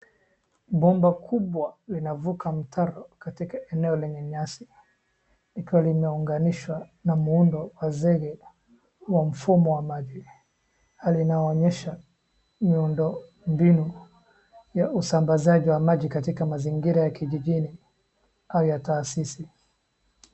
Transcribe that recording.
Bomba kubwa linavuka mtaro katika eneo lenye nyasi likiwa limeunganishwa na muundo wa zege wa mfumo wa maji na linaonyesha miundo mbinu ya usambazaji wa maji katika kijijini au ya taasisi.